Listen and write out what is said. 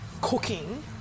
cooking